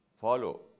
follow